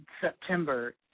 September